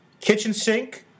Kitchensink